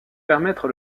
permettre